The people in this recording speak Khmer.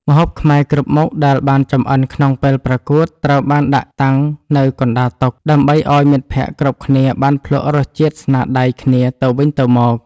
ម្ហូបខ្មែរគ្រប់មុខដែលបានចម្អិនក្នុងពេលប្រកួត ត្រូវបានដាក់តាំងនៅកណ្ដាលតុ ដើម្បីឱ្យមិត្តភក្តិគ្រប់គ្នាបានភ្លក្សរសជាតិស្នាដៃគ្នាទៅវិញទៅមក។